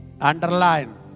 underline